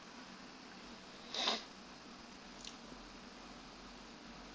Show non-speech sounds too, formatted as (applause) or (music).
(noise)